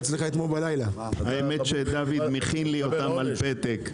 היועץ המשפטי.